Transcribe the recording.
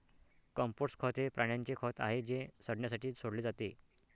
compost खत हे प्राण्यांचे खत आहे जे सडण्यासाठी सोडले जाते